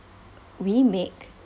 we make